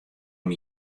him